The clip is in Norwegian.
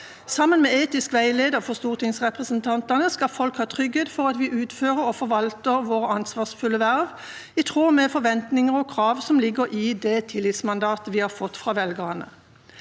Sammen med Etisk veileder for stortingsrepresentantene skal folk ha trygghet for at vi utfører og forvalter våre ansvarsfulle verv i tråd med forventninger og krav som ligger i det tillitsmandatet vi har fått fra velgerne.